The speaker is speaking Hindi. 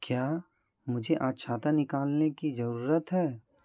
क्या मुझे आज छाता निकालने की ज़रूरत है